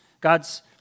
God's